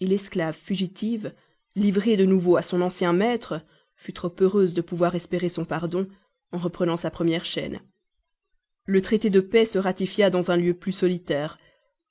grâce l'esclave fugitive livrée de nouveau à son ancien maître fut trop heureuse de pouvoir espérer son pardon en reprenant sa première chaîne le traité de paix se ratifia dans un lieu plus solitaire